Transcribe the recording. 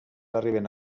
arriben